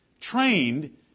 Trained